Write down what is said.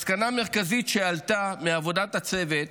מסקנה מרכזית שעלתה מעבודת הצוות